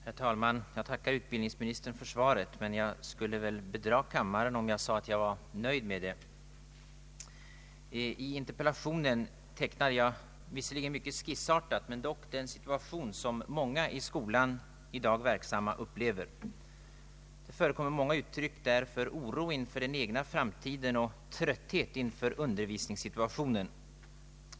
Herr talman! Jag tackar utbildningsministern för svaret, men jag skulle bedra kammaren om jag sade att jag är nöjd med det. I interpellationen tecknar jag — visserligen mycket skissartat men dock — den situation som många i skolan i dag verksamma upplever. Det förekommer många uttryck där av oro inför den egna framtiden och trötthet inför undervisningssituationen.